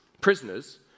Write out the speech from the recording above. prisoners